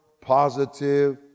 positive